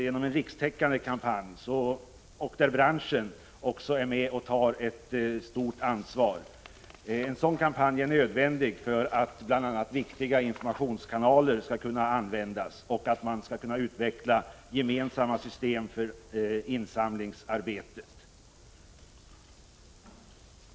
En rikstäckande kampanj, där branschen också är med och tar ett stort ansvar, är nödvändig för att bl.a. viktiga informationskanaler skall kunna användas och för att gemensamma system för insamlingsarbetet skall kunna utvecklas.